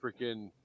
freaking